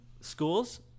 schools